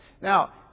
Now